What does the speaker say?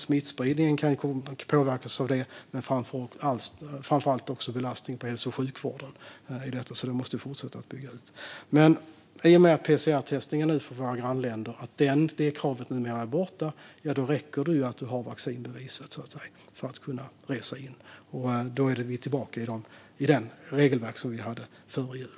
Smittspridningen kan komma att påverkas av detta, men framför allt påverkas belastningen på hälso och sjukvården. Vi måste alltså fortsätta att bygga ut det här. I och med att kravet på PCR-testning nu är borta för våra grannländer räcker det med att man har vaccinbevis för att man ska kunna resa in. Därmed är vi tillbaka vid det regelverk vi hade före jul.